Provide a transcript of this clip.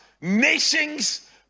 nations